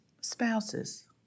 spouses